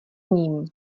ním